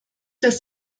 dass